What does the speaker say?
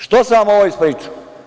Što sam ovo ispričao?